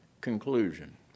conclusion